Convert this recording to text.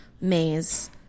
maze